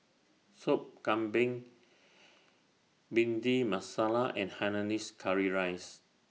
Sop Kambing Bhindi Masala and Hainanese Curry Rice